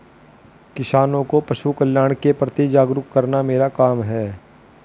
किसानों को पशुकल्याण के प्रति जागरूक करना मेरा काम है